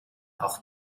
auch